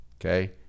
Okay